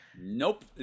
Nope